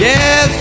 Yes